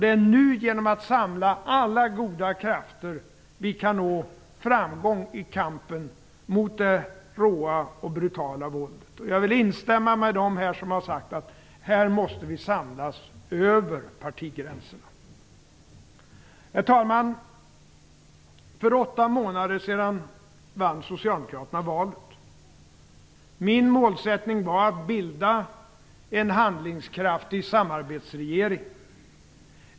Det är genom att samla alla goda krafter vi kan nå framgång i kampen mot det råa och brutala vålet. Jag vill instämma med dem som har sagt att vi måste samlas över partigränserna. Herr talman! För åtta månader sedan vann Socialdemokraterna valet. Min målsättning var att bilda en handlingskraftig samarbetsregering.